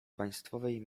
państwowej